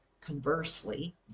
conversely